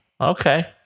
Okay